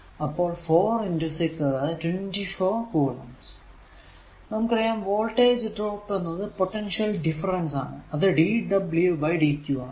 അപ്പോൾ 4 6 അതായതു 24 കുളം നമുക്കറിയാം വോൾടേജ് ഡ്രോപ്പ് എന്നത് പൊട്ടൻഷ്യൽ ഡിഫറെൻസ് ആണ് അത് dw dq ആണ്